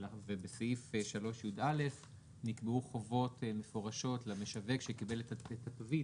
בסעיף 3(יא) נקבעו חובות מפורשות למשווק שקיבל את התווית,